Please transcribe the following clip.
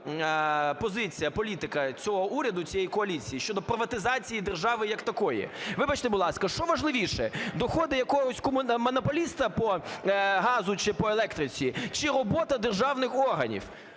позиція, політика цього уряду, цієї коаліції щодо приватизації держави як такої. Вибачте, будь ласка, що важливіше: доходи якогось монополіста по газу чи по електриці чи робота державних органів?